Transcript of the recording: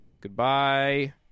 goodbye